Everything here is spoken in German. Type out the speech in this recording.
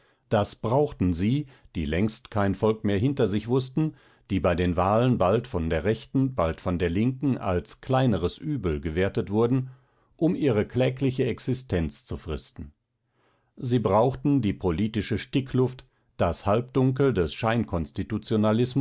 das brauchten sie die längst kein volk mehr hinter sich wußten die bei den wahlen bald von der rechten bald von der linken als kleineres übel gewertet wurden um ihre klägliche existenz zu fristen sie brauchten die politische stickluft das halbdunkel des